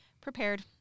prepared